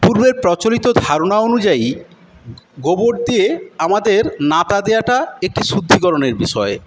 পূর্বের প্রচলিত ধারণা অনুযায়ী গোবর দিয়ে আমাদের ন্যাতা দেওয়াটা একটা শুদ্ধিকরণের বিষয়